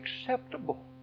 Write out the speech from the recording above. acceptable